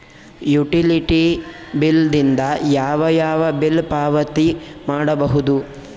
Utility bill ದಿಂದ ಯಾವ ಯಾವ ಬಿಲ್ ಪಾವತಿ ಮಾಡಬಹುದು?